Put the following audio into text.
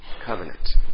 covenant